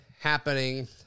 happening